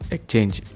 Exchange